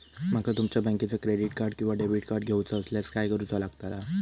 माका तुमच्या बँकेचा क्रेडिट कार्ड किंवा डेबिट कार्ड घेऊचा असल्यास काय करूचा लागताला?